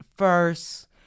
first